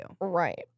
Right